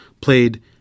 played